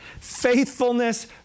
Faithfulness